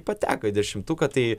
pateko į dešimtuką tai